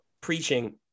preaching